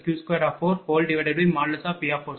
0042| 0